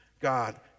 God